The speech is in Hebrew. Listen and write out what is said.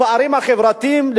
הפערים החברתיים,